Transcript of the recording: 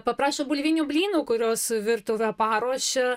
paprašo bulvinių blynų kuriuos virtuvė paruošia